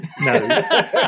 no